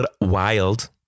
wild